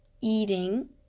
eating